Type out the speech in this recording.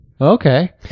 Okay